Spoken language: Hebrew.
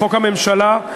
לחוק הממשלה,